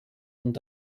und